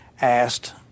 asked